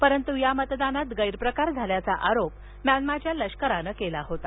परंतु या मतदानात गैरप्रकार झाल्याचा आरोप म्यानमाच्या लष्करानं केला होता